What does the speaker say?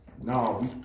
No